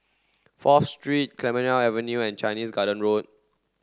Fourth Street Clemenceau Avenue and Chinese Garden Road